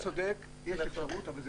היושב-ראש צודק, יש אפשרות, אבל זה